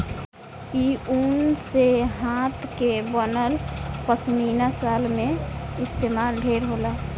इ ऊन से हाथ के बनल पश्मीना शाल में इस्तमाल ढेर होला